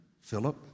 Philip